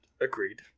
agreed